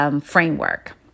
Framework